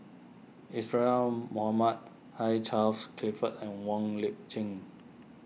Mohamed Hugh Charles Clifford and Wong Lip Chin